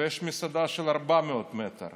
ויש מסעדה של 400 מטר,